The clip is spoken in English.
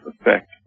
effect